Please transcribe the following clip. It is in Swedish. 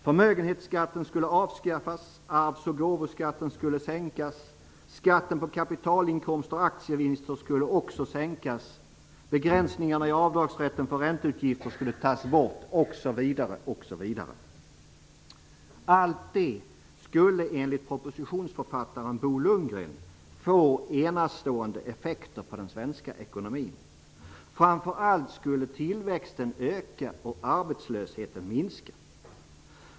Förmögenhetsskatten skulle avskaffas, arvs och gåvoskatten skulle sänkas, skatten på kapitalinkomster och aktievinster skulle också sänkas, begränsningarna i avdragsrätten för ränteutgifter skulle tas bort osv. Lundgren få enastående effekter på den svenska ekonomin. Framför allt skulle tillväxten öka och arbetslösheten minska.